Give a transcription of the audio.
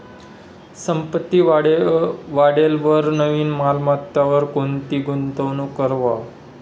संपत्ती वाढेलवर नवीन मालमत्तावर कोणती गुंतवणूक करवा